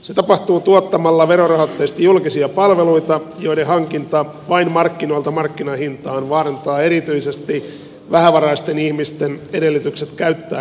se tapahtuu tuottamalla verorahoitteisesti julkisia palveluita joiden hankinta vain markkinoilta markkinahintaan vaarantaa erityisesti vähävaraisten ihmisten edellytykset käyttää näitä palveluita